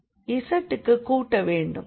z க்குக் கூட்ட வேண்டும்